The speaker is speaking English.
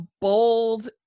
bold